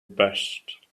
best